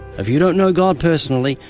if you don't know god personally,